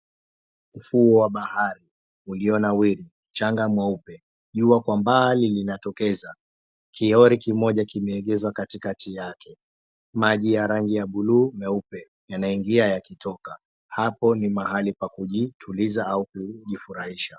Ufuo wa bahari ulionawiri mchanga mweupe jua kwa mbali linatokeza kiori kimoja kimeegezwa katikati yake. Maji ya rangi ya bluu meupe yanaingia yakitoka. Hapo ni mahali pa kujituliza au kujifurahisha.